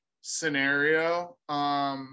scenario